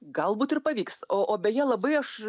galbūt ir pavyks o o beje labai aš